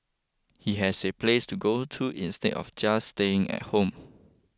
he has a place to go to instead of just staying at home